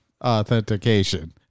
authentication